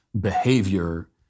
behavior